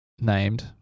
named